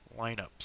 Lineups